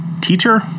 teacher